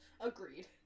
Agreed